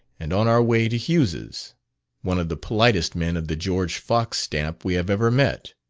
and on our way to hughes's one of the politest men of the george fox stamp we have ever met.